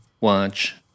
watch